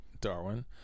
Darwin